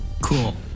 Cool